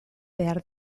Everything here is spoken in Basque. behar